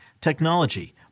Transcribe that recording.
technology